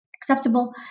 acceptable